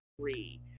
three